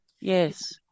Yes